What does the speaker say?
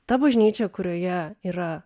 ta bažnyčia kurioje yra